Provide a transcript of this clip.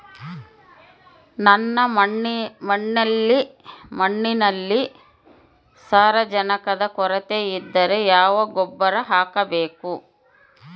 ನನ್ನ ಮಣ್ಣಿನಲ್ಲಿ ಸಾರಜನಕದ ಕೊರತೆ ಇದ್ದರೆ ಯಾವ ಗೊಬ್ಬರ ಹಾಕಬೇಕು?